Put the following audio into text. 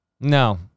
no